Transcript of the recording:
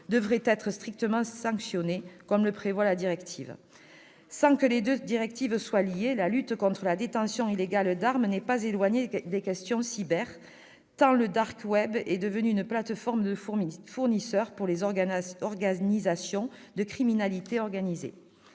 devrait être strictement sanctionné, comme le prévoit la directive. Sans que les deux directives soient liées, la lutte contre la détention illégale d'armes n'est pas éloignée des questions « cyber », tant le est devenu une plateforme de fournisseurs pour les organisations de criminalité organisée.